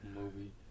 movie